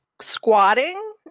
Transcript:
squatting